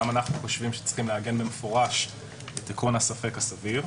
גם אנחנו חושבים שצריך לעגן במפורש את עיקרון הספק הסביר.